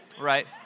Right